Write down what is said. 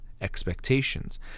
expectations